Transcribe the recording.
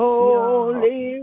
Holy